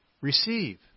receive